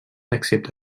accepta